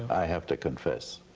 i have to confess.